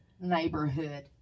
neighborhood